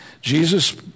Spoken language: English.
Jesus